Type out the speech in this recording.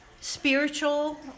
spiritual